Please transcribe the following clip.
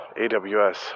AWS